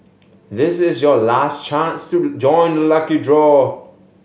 this is your last chance to join the lucky draw